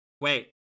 Wait